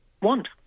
want